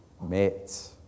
met